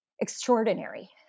extraordinary